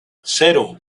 cero